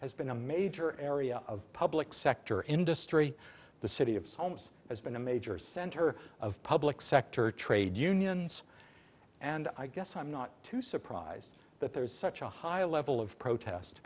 has been a major area of public sector industry the city of homs has been a major center of public sector trade unions and i guess i'm not too surprised that there is such a high level of protest